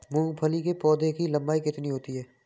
मूंगफली के पौधे की लंबाई कितनी होती है?